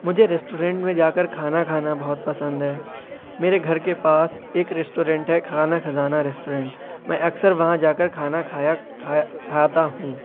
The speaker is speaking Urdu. مجھے ریسٹورنٹ میں جا کر کھانا کھانا بہت پسند ہے میرے گھر کے پاس ایک ریسٹورنٹ ہے کھانا خزانہ ریسٹورنٹ میں اکثر وہاں جا کر کھانا کھایا کھایا کھاتا ہوں